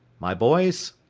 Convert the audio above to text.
my boys,